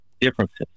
differences